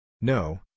No